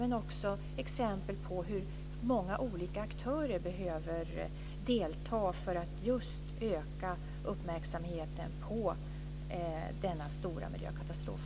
Det är också exempel på att många olika aktörer behöver delta just för att öka uppmärksamheten på denna stora miljökatastrof.